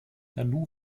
nanu